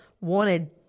wanted